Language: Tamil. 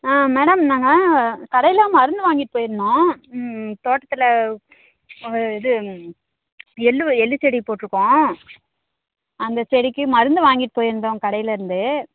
ஆ மேடம் நாங்கள் கடையில் மருந்து வாங்கிட்டு போயிருந்தோம் தோட்டத்தில் இது எள் வய எள்ளுச்செடி போட்டிருக்கோம் அந்த செடிக்கு மருந்து வாங்கிட்டு போயிருந்தோம் கடையிலிருந்து